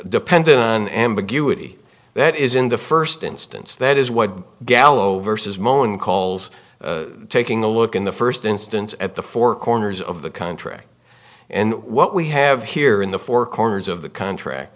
dependent on ambiguity that is in the first instance that is what gallo vs mon calls taking a look in the first instance at the four corners of the contract and what we have here in the four corners of the contract